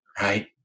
Right